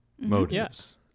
motives